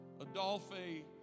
Adolphe